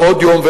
ועוד יום,